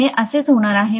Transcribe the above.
हे असेच होणार आहे